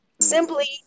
Simply